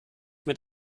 mit